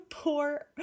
Poor